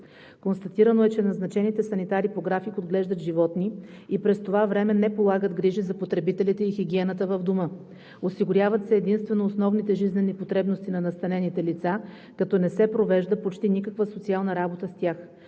Констатирано е, че назначените санитари по график отглеждат животни и през това време не полагат грижи за потребителите и хигиената в Дома. Осигуряват се единствено основните жизнени потребности на настанените лица, като не се провежда почти никаква социална работа с тях.